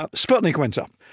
ah sputnik went up.